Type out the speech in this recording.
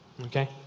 Okay